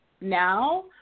now